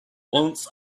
once